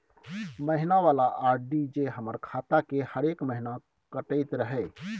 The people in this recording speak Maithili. महीना वाला आर.डी जे हमर खाता से हरेक महीना कटैत रहे?